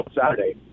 Saturday